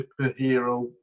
superhero